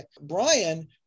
Brian